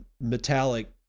metallic